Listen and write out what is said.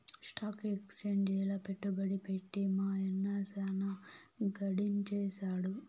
stock ఎక్సేంజిల పెట్టుబడి పెట్టి మా యన్న సాన గడించేసాడు